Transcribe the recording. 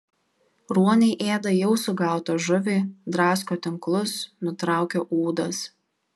ruoniai ėda jau sugautą žuvį drasko tinklus nutraukia ūdas